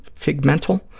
figmental